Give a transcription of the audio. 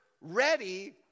ready